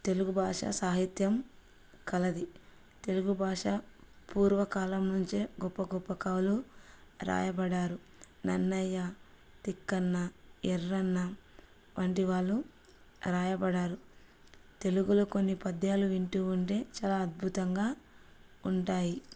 తెలుగు భాష సాహిత్యం కలది తెలుగు భాష పూర్వకాలం నుంచే గొప్ప గొప్ప కవులు రాయబడ్డారు నన్నయ్య తిక్కన్నా ఎర్రన్న వంటి వాళ్ళు రాయబడ్డారు తెలుగులో కొన్ని పద్యాలు వింటూ ఉంటే చాలా అద్భుతంగా ఉంటాయి